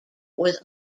was